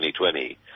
2020